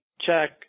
check